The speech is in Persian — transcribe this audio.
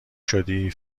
شدی